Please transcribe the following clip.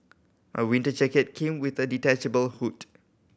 my winter jacket came with the detachable hood